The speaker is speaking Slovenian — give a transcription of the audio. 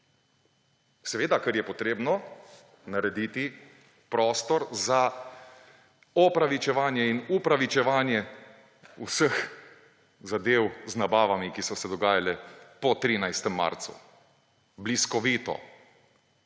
Seveda, ker je potrebno narediti prostor za opravičevanje in upravičevanje vseh zadev z nabavami, ki so se dogajale po 13. marcu, bliskovito,